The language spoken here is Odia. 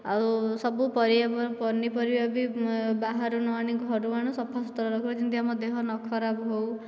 ଆଉ ସବୁ ପରିବା ପନିପରିବା ବି ବାହାରୁ ନଆଣି ଘରୁ ଆଣୁ ସଫାସୁତୁରା ରଖୁ ଯେମିତି ଆମ ଦେହ ନ ଖରାପ ହେଉ